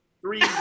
three